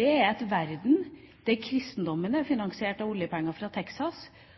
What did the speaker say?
Det er en verden der kristendommen er finansiert av oljepenger fra Texas